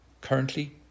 currently